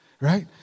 Right